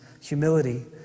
humility